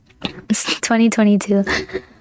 2022